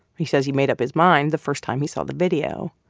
he says he made up his mind the first time he saw the video.